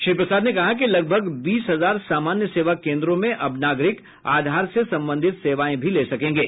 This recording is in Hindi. श्री प्रसाद ने कहा कि लगभग बीस हजार सामान्य सेवा केंद्रों में अब नागरिक आधार से संबंधित सेवाएं भी ले सकेंगे